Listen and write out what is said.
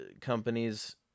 companies